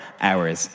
hours